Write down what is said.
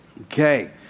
Okay